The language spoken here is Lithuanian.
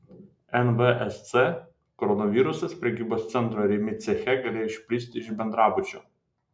nvsc koronavirusas prekybos centro rimi ceche galėjo išplisti iš bendrabučio